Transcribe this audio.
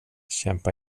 kämpa